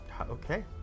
Okay